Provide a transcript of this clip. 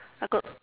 I got